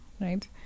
right